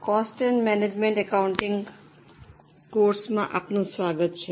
cost and management accounting કોર્સમાં આપનું સ્વાગત છે